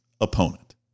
opponent